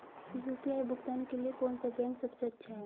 UPI भुगतान के लिए कौन सा बैंक सबसे अच्छा है?